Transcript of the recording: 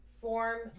form